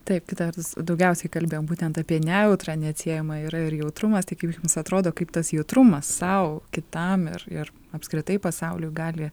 taip kita vertus daugiausiai kalbėjom būtent apie nejautrą neatsiejama yra ir jautrumas tai kaip jums atrodo kaip tas jautrumas sau kitam ir ir apskritai pasauliui gali